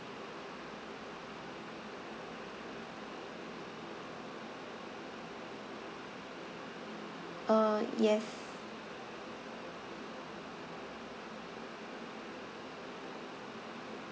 uh yes